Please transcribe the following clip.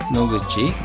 Noguchi